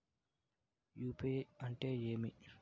UPI అంటే ఏమి?